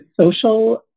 social